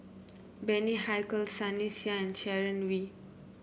Bani Haykal Sunny Sia and Sharon Wee